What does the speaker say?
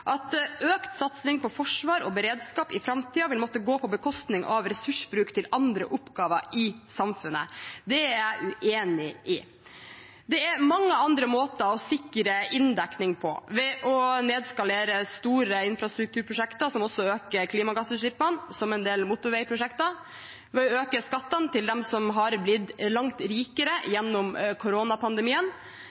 at økt satsing på forsvar og beredskap i framtiden vil måtte gå på bekostning av ressursbruk til andre oppgaver i samfunnet. Det er jeg uenig i. Det er mange andre måter å sikre inndekning på: ved å nedskalere store infrastrukturprosjekter, som også øker klimagassutslippene, som en del motorveiprosjekter, ved å øke skattene til dem som har blitt langt rikere gjennom koronapandemien,